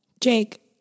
Jake